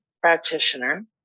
practitioner